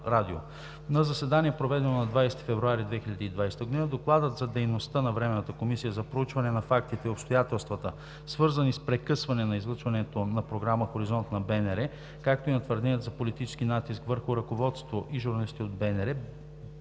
На заседание, проведено на 20 февруари 2020 г., Докладът за дейността на Временната комисия за проучване на фактите и обстоятелствата, свързани с прекъсване на излъчването на програма „Хоризонт“ на Българско национално радио, както и на твърденията за политически натиск върху ръководството и журналисти от